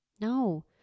No